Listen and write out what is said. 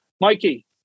Mikey